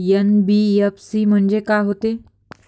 NBFC म्हणजे का होते?